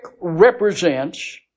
represents